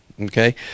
okay